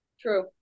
true